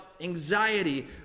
anxiety